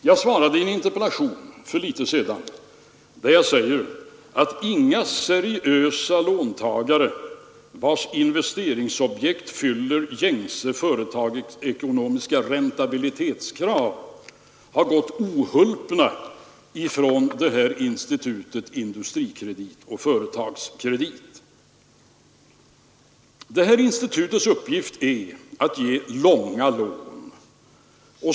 Jag svarade i en interpellation för litet sedan att inga seriösa låntagare vilkas investeringsobjekt fyller gängse företagsekonomiska räntabilitetskrav har gått ohulpna ifrån Industrikredit och Företagskredit. Institutens uppgift är att ge långa lån.